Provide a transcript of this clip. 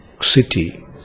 city